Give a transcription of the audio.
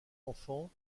enfant